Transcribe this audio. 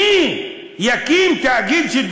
היא מפריעה לנו לשלוט, הדמוקרטיה.